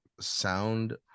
sound